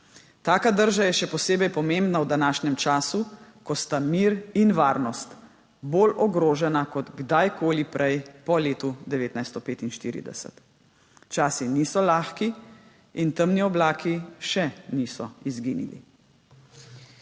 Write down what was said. Taka drža je še posebej pomembna v današnjem času, ko sta mir in varnost bolj ogrožena kot kdajkoli prej po letu 1945. Časi niso lahki in temni oblaki še niso izginili.